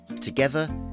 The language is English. Together